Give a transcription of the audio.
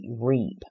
reap